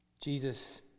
Jesus